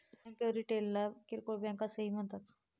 bank रिटेलला किरकोळ bank असेही म्हणतात